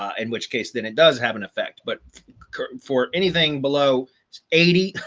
in which case, then it does have an effect. but for anything below eighty,